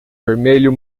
vermelho